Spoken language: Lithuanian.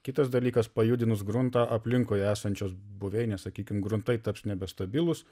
kitas dalykas pajudinus gruntą aplinkui esančios buveinės sakykim gruntai taps nebe stabilūs